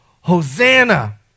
Hosanna